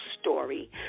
story